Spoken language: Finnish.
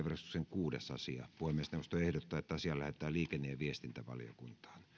kuudes asia puhemiesneuvosto ehdottaa että asia lähetetään liikenne ja viestintävaliokuntaan